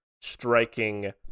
striking